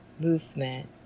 movement